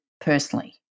personally